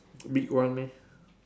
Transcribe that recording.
big one meh